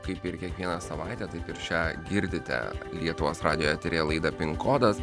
kaip ir kiekvieną savaitę taip ir šią girdite lietuvos radijo eteryje laidą pin kodas